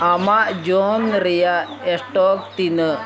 Amazon ᱨᱮᱭᱟᱜ stock ᱛᱤᱱᱟᱹᱜ